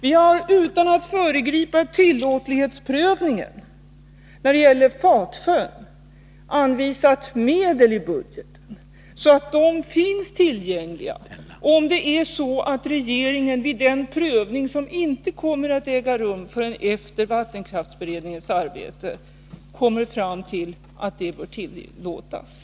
Vi har utan att föregripa tillåtlighetsprövningen när det gäller Fatsjön anvisat medel i budgeten, så att de finns tillgängliga om regeringen vid den prövning som inte kommer att äga rum förrän efter vattenkraftsberedningens arbete kommer fram till att den utbyggnaden bör tillåtas.